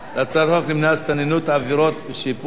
על הצעת חוק למניעת הסתננות (עבירות ושיפוט)